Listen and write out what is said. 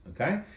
okay